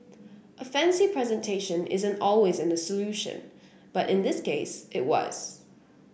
a fancy presentation isn't always a solution but in this case it was